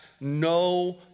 no